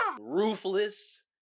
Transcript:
ruthless